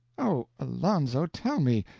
oh, alonzo, tell me!